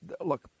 look